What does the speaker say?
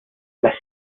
las